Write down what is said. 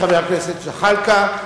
חבר הכנסת זחאלקה,